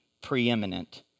preeminent